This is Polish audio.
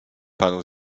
panu